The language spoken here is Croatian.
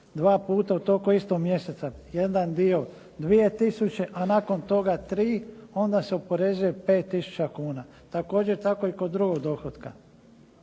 dva puta u toku istog mjeseca, jedan dio 2000, a nakon toga 3000, onda se oporezuje 5000 kuna. Također tako je i kod drugog dohotka.